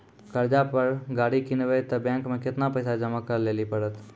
कर्जा पर गाड़ी किनबै तऽ बैंक मे केतना पैसा जमा करे लेली पड़त?